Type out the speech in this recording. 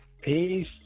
Peace